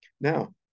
now